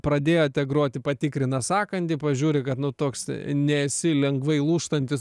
pradėjote groti patikrina sąkandį pažiūri kad nu toks nesi lengvai lūžtantis